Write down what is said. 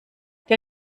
der